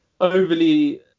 overly